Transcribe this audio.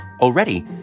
already